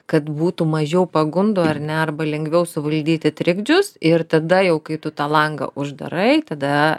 kad būtų mažiau pagundų ar ne arba lengviau suvaldyti trikdžius ir tada jau kai tu tą langą uždarai tada